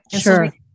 sure